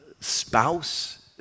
spouse